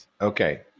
Okay